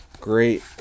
Great